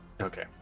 Okay